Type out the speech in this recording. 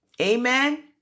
Amen